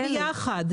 הן ביחד.